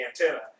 antenna